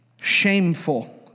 shameful